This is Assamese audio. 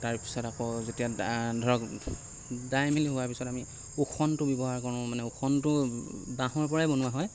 তাৰ পিছত আকৌ যেতিয়া ধৰক দাই মেলি হোৱাৰ পিছত আমি ওখোনটো ব্যৱহাৰ কৰোঁ মানে ওখনটো বাঁহৰ পৰাই বনোৱা হয়